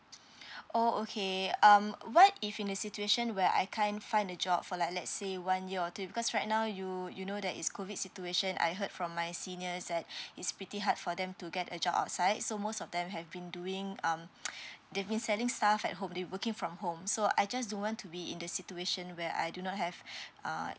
oh okay um what if in a situation where I can't find a job for like let's say one year or two because right now you you know that is COVID situation I heard from my seniors that it's pretty hard for them to get a job outside so most of them have been doing um they've been selling stuff at home they working from home so I just don't want to be in the situation where I do not have uh